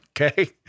Okay